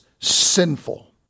sinful